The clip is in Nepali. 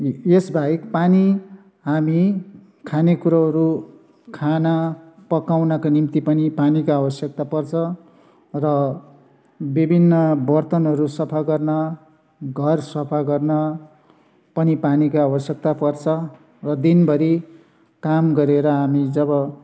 यस बाहेक पानी हामी खाने कुरोहरू खाना पकाउनको निम्ति पनि पानीका आवश्यक्ता पर्छ र विभिन्न बर्तनहरू सफा गर्न घर सफा गर्न पनि पानीका आवश्यक्ता पर्छ र दिनभरि काम गरेर हामी जब